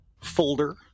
folder